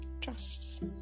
trust